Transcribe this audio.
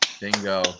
Bingo